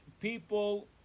people